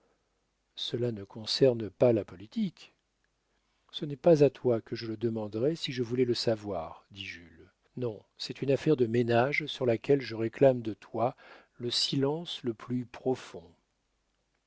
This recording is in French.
cela ne concerne pas la politique ce n'est pas à toi que je le demanderais si je voulais le savoir dit jules non c'est une affaire de ménage sur laquelle je réclame de toi le silence le plus profond